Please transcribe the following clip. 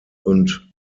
und